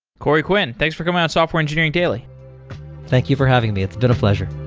corey quinn, thanks for coming on software engineering daily thank you for having me. it's been a pleasure